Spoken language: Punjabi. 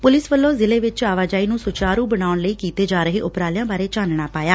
ਪੁਲਿਸ ਵਲੋਂ ਜ਼ਿਲ੍ਫੇ ਵਿੱਚ ਆਵਜਾਈ ਨੂੰ ਸੁਚਾਰੂ ਬਣਾਉਣ ਲਈ ਕੀਤੇ ਜਾ ਰਹੇ ਉਪਰਾਲਿਆਂ ਬਾਰੇ ਚਾਨਣਾ ਪਾਇਆ